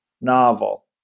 novel